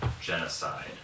genocide